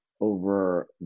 over